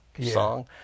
song